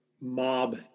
mob